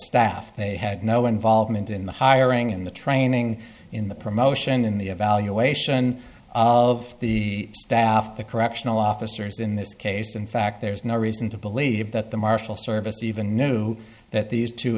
staff they had no involvement in the hiring and the training in the promotion in the evaluation of the staff the correctional officers in this case in fact there's no reason to believe that the marshal service even knew that the